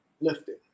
lifted